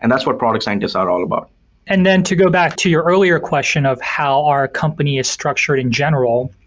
and that's what product scientists are all about and then to go back to your earlier question of how our company is structured in general,